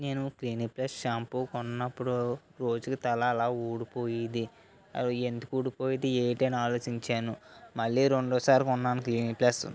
నేను clinic plus shampoo కొన్నప్పుడు రోజుకి తల అలా ఊడిపోయేది అవి ఎందుకు ఊడిపోయేది ఏంటి అని ఆలోచించాను మళ్ళీ రెండో సారి కొన్నాను క్లినిక్ ప్లస్